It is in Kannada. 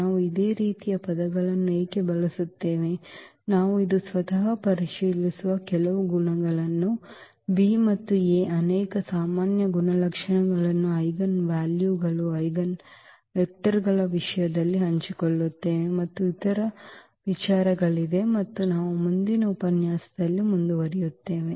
ನಾವು ಇದೇ ರೀತಿಯ ಪದಗಳನ್ನು ಏಕೆ ಬಳಸುತ್ತೇವೆ ನಾವು ಇಂದು ಸ್ವತಃ ಪರಿಶೀಲಿಸುವ ಕೆಲವು ಗುಣಲಕ್ಷಣಗಳನ್ನು ಈ B ಮತ್ತು A ಅನೇಕ ಸಾಮಾನ್ಯ ಗುಣಲಕ್ಷಣಗಳನ್ನು ಐಜೆನ್ವಾಲ್ಯೂಗಳು ಐಜೆನ್ವೆಕ್ಟರ್ಗಳ ವಿಷಯದಲ್ಲಿ ಹಂಚಿಕೊಳ್ಳುತ್ತವೆ ಮತ್ತು ಇತರ ವಿಚಾರಗಳಿವೆ ಮತ್ತು ನಾವು ಮುಂದಿನ ಉಪನ್ಯಾಸದಲ್ಲಿ ಮುಂದುವರಿಯುತ್ತೇವೆ